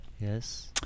yes